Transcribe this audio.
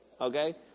Okay